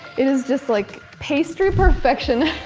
it is just like pastry perfection.